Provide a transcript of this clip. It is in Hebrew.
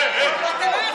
לא, לא.